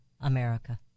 America